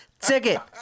ticket